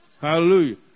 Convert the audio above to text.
Hallelujah